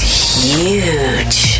huge